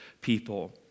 people